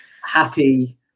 happy